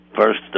first